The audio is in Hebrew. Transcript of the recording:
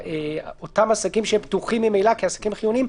את אותם עסקים שפתוחים ממילא כעסקים חיוניים,